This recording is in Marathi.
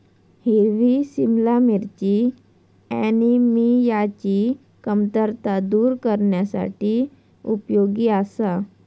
हिरवी सिमला मिरची ऍनिमियाची कमतरता दूर करण्यासाठी उपयोगी आसा